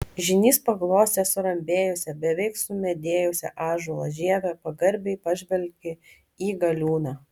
žynys paglostė surambėjusią beveik sumedėjusią ąžuolo žievę pagarbiai pažvelgė į galiūną